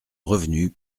revenus